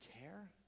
care